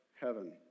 heaven